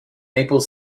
maple